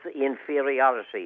inferiority